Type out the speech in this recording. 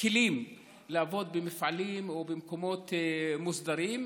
כלים לעבוד במפעלים או במקומות מוסדרים,